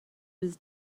was